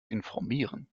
informieren